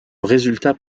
résultat